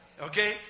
Okay